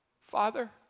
Father